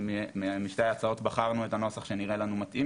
משתי ההצעות בחרנו את הנוסח שנראה לנו מתאים